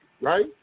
Right